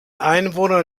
einwohner